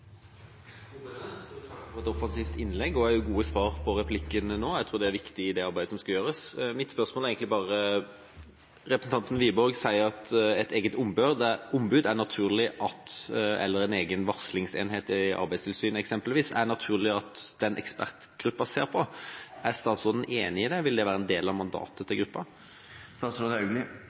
gode svar på replikken nå. Jeg tror det er viktig i det arbeidet som skal gjøres. Representanten Wiborg sier at det er naturlig at denne ekspertgruppa ser på et eget ombud eller en egen varslingsenhet i Arbeidstilsynet, eksempelvis. Mitt spørsmål er egentlig bare om statsråden er enig i det. Vil det være en del av mandatet til gruppa?